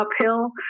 uphill